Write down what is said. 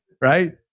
Right